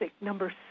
number